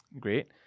great